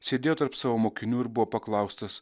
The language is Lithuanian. sėdėjo tarp savo mokinių ir buvo paklaustas